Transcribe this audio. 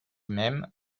même